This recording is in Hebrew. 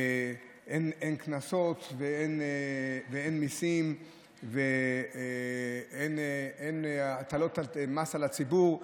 שאין קנסות ואין מיסים ואין הטלות מס על הציבור.